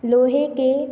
लोहे के